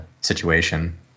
situation